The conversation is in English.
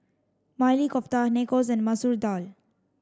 Maili Kofta Nachos and Masoor Dal